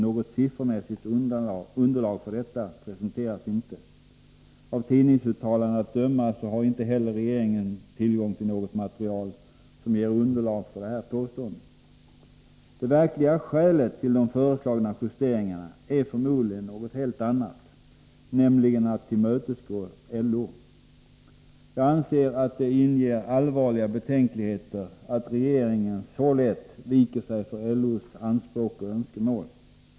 Något siffermässigt underlag för detta presenteras inte. Av tidningsuttalanden att döma har inte heller regeringen tillgång till något material som ger underlag för detta påstående. Det verkliga skälet till de föreslagna justeringarna är förmodligen något helt annat, nämligen att tillmötesgå LO. Jag anser att det inger allvarliga betänkligheter att regeringen så lätt viker sig för LO:s anspråk och önskemål.